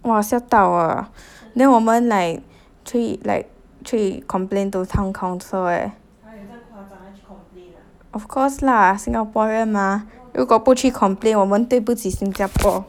!wah! 吓到我 ah then 我们 like 去 like 去 complain to town council eh of course lah singaporean mah 如果不去 complain 我们对不起新加坡